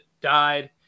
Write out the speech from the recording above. died